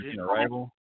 Arrival